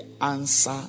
answer